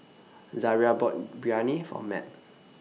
Zariah bought Biryani For Mat